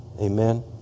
Amen